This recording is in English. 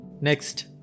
Next